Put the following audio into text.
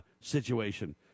situation